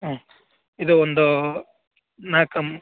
ಹ್ಞೂ ಇದು ಒಂದೋ ನಾಕಮ್